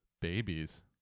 babies